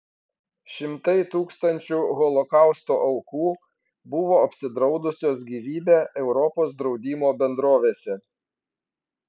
šimtai tūkstančių holokausto aukų buvo apsidraudusios gyvybę europos draudimo bendrovėse